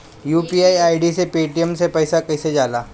UPI से Paytm मे पैसा कइसे जाला?